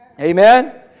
Amen